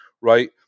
right